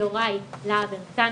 יוראי להב הרציאנו,